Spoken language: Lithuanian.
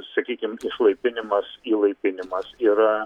sakykim išlaipinimas įlaipinimas yra